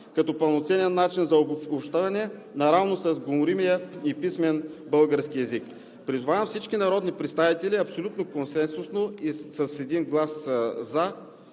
като пълноценен начин за общуване и наравно с говоримия и писмения български език. Призовавам всички народни представители абсолютно консенсусно и с един глас „за“